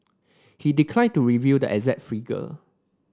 he declined to reveal the exact figure